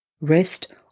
rest